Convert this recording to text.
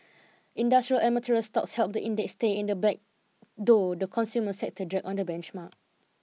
industrial and material stocks helped the index stay in the black though the consumer sector dragged on the benchmark